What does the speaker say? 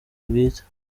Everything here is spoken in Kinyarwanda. bwite